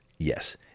Yes